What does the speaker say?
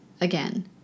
again